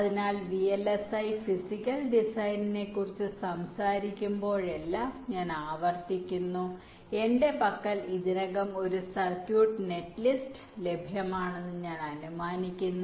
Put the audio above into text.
അതിനാൽ VLSI physical ഡിസൈനിനെക്കുറിച്ച് സംസാരിക്കുമ്പോഴെല്ലാം ഞാൻ ആവർത്തിക്കുന്നു എന്റെ പക്കൽ ഇതിനകം ഒരു സർക്യൂട്ട് നെറ്റ്ലിസ്റ്റ് ലഭ്യമാണെന്ന് ഞാൻ അനുമാനിക്കുന്നു